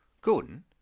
Gordon